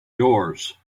yours